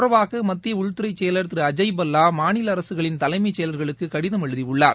தொடர்பாகமத்தியஉள்துறைசெயலர் இத திருஅஜய் பல்லா மாநிலஅரசுகளின் தலைமைச் செயலர்களுக்குகடிதம் எழுதியுள்ளார்